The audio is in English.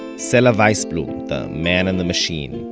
sela waisblum, the man and the machine,